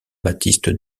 baptiste